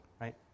right